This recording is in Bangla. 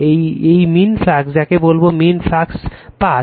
এই মীন ফ্লাক্স যাকে বলবো মীন ফ্লাক্স পাথ